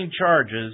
charges